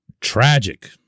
tragic